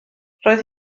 roedd